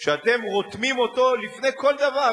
שאתם רותמים אותו לפני כל דבר,